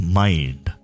mind